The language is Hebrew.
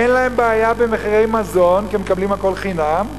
אין להם בעיה במחירי מזון כי הם מקבלים הכול חינם,